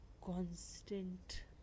constant